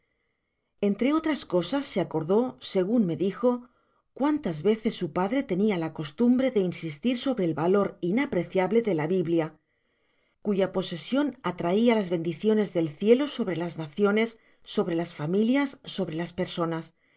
entre otras cosas se acordó segun me dijo cuántas veces su padre tenia la costumbre de insistir sobre et valor inapreciable de la biblia cuya posesion atraia las bendiciones del cielo sobre las naciones sobre las familias sobre las personas